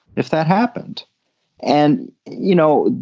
if that happened and, you know,